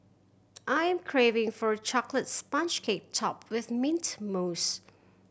I'm craving for a chocolate sponge cake topped with mint mousse